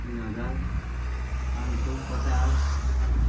तिन हजार पाँच सौ पचास